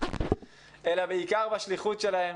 אלא בעיקר בשליחות שלהם